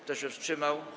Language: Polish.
Kto się wstrzymał?